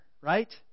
right